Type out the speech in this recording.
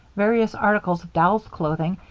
various articles of doll's clothing,